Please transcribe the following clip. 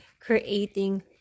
creating